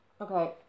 Okay